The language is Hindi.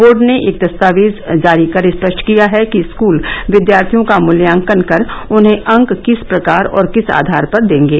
बोर्ड ने एक दस्तावेज जारी कर स्पष्ट किया है कि स्कूल विद्यार्थियों का मूल्यांकन कर उन्हें अंक किस प्रकार और किस आघार पर देंगे